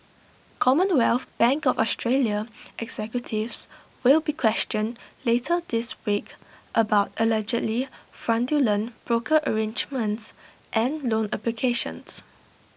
commonwealth bank of Australia executives will be questioned later this week about allegedly fraudulent broker arrangements and loan applications